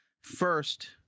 first